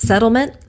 Settlement